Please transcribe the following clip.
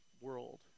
world